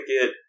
get